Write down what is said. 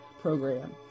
program